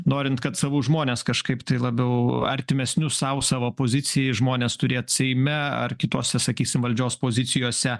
norint kad savus žmones kažkaip labiau artimesnius sau savo pozicijai žmones turėt seime ar kitose sakysim valdžios pozicijose